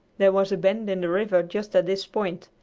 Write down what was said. there was a bend in the river just at this point,